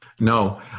No